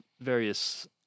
various